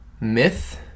myth